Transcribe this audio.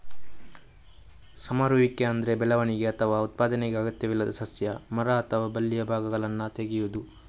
ಸಮರುವಿಕೆ ಅಂದ್ರೆ ಬೆಳವಣಿಗೆ ಅಥವಾ ಉತ್ಪಾದನೆಗೆ ಅಗತ್ಯವಿಲ್ಲದ ಸಸ್ಯ, ಮರ ಅಥವಾ ಬಳ್ಳಿಯ ಭಾಗಗಳನ್ನ ತೆಗೆಯುದು